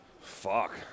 Fuck